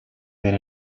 than